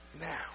Now